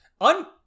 Un